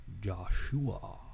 Joshua